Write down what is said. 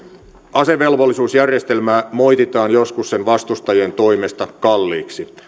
asevelvollisuusjärjestelmää moititaan joskus sen vastustajien toimesta kalliiksi